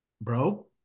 bro